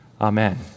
Amen